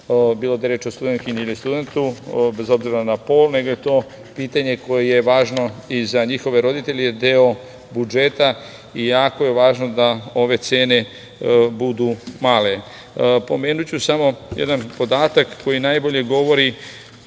bilo da je reč o studentkinji ili studentu, bez obzira na pol, nego je to pitanje koje je važno i za njihove roditelje jer je deo budžeta. Jako je važno da ove cene budu male. Pomenuću samo jedan podatak koji najbolje govori,